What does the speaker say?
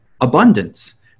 abundance